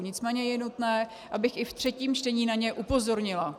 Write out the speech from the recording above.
Nicméně je nutné, abych i v třetím čtení na ně upozornila.